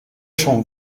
son